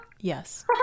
Yes